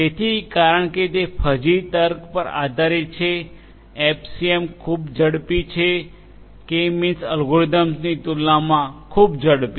તેથી કારણ કે તે ફઝી તર્ક પર આધારિત છે એફસીએમ ખૂબ જ ઝડપી છે કે મીન્સ એલ્ગોરિધમની તુલનામાં ખૂબ ઝડપી